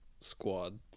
squad